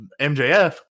MJF